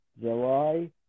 July